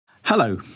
Hello